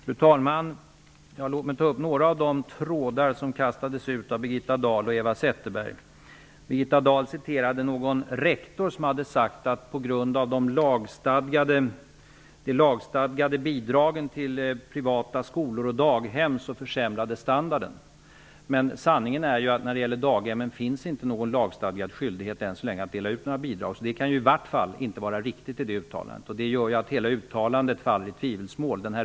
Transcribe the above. Fru talman! Låt mig ta upp några av de trådar som kastades ut av Birgitta Dahl och Eva Zetterberg. Birgitta Dahl citerade någon rektor som hade sagt att på grund av de lagstadgade bidragen till privata skolor och daghem försämrades standarden. Men sanningen är att än så länge finns inte någon lagstadgad skyldighet att dela ut några bidrag till daghem. Det uttalandet kan inte vara riktigt. Det gör att hela uttalandet faller i tvivelsmål.